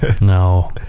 No